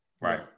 Right